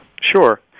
Sure